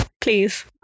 Please